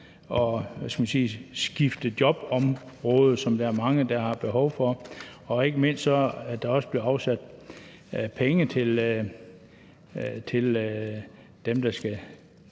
at skifte jobområde, hvilket der er mange der har behov for, og ikke mindst er der også blevet afsat penge til dem, der skal